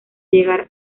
llegar